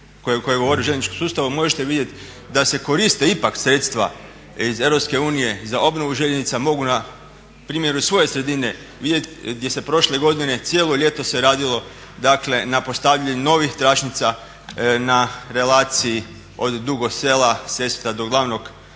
koje govore o željezničkom sustavu, možete vidjeti da se koriste ipak sredstva iz Europske unije za obnovu željeznica. Mogu na primjeru svoje sredine vidjeti gdje se prošle godine cijelo ljeto se radilo dakle na postavljanju novih tračnica na relaciji od Dugog Sela, Sesveta do Glavnog